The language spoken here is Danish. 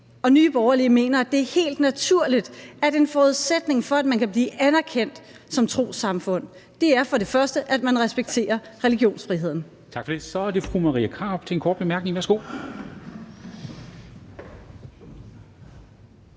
og Nye Borgerlige mener, at det er helt naturligt, at en forudsætning for, at man kan blive anerkendt som trossamfund, først og fremmest er, at man respekterer religionsfriheden. Kl. 13:26 Formanden (Henrik Dam Kristensen): Tak for det. Så er det fru Marie Krarup for en kort bemærkning. Værsgo.